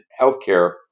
healthcare